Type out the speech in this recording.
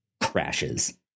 crashes